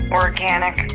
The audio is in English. organic